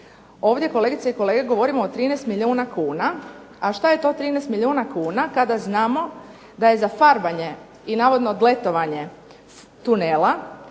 Ovdje kolegice i kolege govorimo o 13 milijuna kuna, a šta je to 13 milijuna kuna kada znamo da je za farbanje i navodno gletovanje tunela